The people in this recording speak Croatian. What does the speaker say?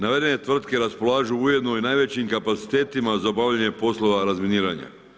Navedene tvrtke raspolažu ujedano i najvećim kapacitetima za obavljanje poslova razminiranja.